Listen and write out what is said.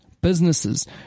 businesses